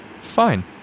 Fine